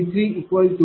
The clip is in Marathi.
4529722 1